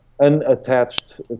unattached